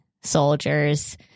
soldiers